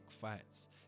fights